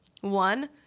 One